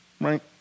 Right